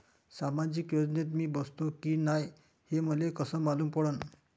सामाजिक योजनेत मी बसतो की नाय हे मले कस मालूम पडन?